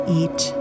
eat